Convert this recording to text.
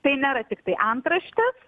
tai nėra tiktai antraštės